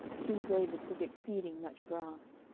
king david took exceeding much brass.